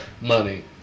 money